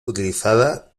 utilizada